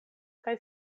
kaj